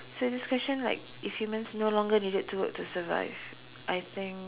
so this question like if humans no longer needed to work to survive I think